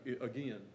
again